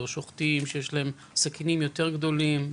או שוחטים שיש להם סכינים יותר גדולים,